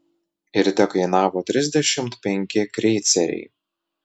ir tekainavo trisdešimt penki kreiceriai